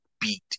beat